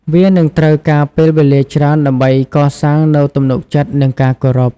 វានឹងត្រូវការពេលវេលាច្រើនដើម្បីកសាងនូវទំនុកចិត្តនិងការគោរព។